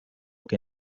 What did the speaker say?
que